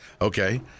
Okay